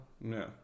No